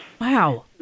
Wow